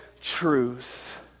truth